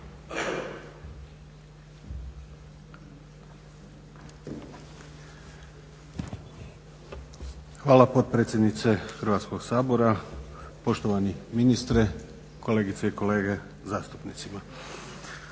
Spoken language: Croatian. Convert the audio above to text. Hvala potpredsjednice Hrvatskog sabora, poštovani ministre, kolegice i kolege zastupnicima.